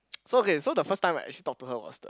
so okay so the first time right I actually talk to her was the